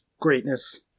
greatness